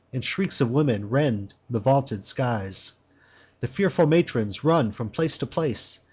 and shrieks of women rend the vaulted skies the fearful matrons run from place to place,